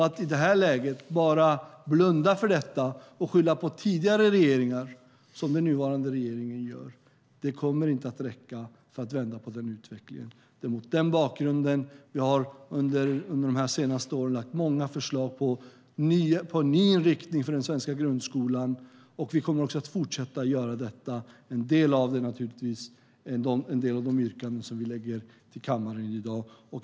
Att i det läget bara blunda för detta och skylla på tidigare regeringar, som den nuvarande regeringen gör, kommer inte att räcka för att vända utvecklingen. Det är mot den bakgrunden jag under de senaste åren har lagt fram många förslag på en ny inriktning för den svenska grundskolan, och vi kommer att fortsätta att göra detta. En del av det är naturligtvis de yrkanden som vi har i kammaren i dag.